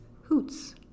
hoots